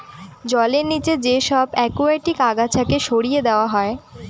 জলের নিচে যে সব একুয়াটিক আগাছাকে সরিয়ে দেওয়া হয়